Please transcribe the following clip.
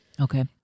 okay